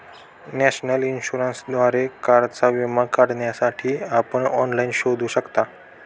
national इन्शुरन्सद्वारे कारचा विमा काढण्यासाठी आपण ऑनलाइन शोधू शकता